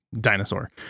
dinosaur